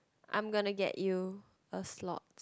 I'm gonna get you a slot